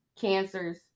Cancers